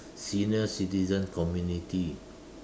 senior citizen community